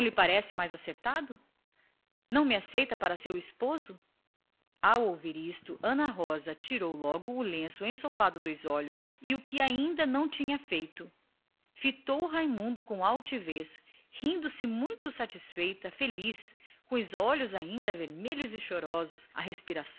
parece mais acertado não me aceita para seu esposo ao ouvir isto ana rosa tirou logo o lenço do rosto e o que ainda não tinha feito encarou raimundo desassombrada feliz rindo-se com os olhos ainda vermelhos e